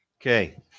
okay